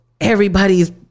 everybody's